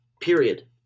period